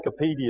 Wikipedia